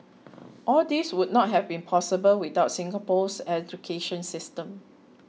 all these would not have been possible without Singapore's education system